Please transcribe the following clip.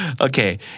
okay